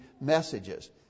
messages